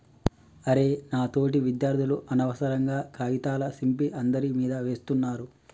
అరె నా తోటి విద్యార్థులు అనవసరంగా కాగితాల సింపి అందరి మీదా వేస్తున్నారు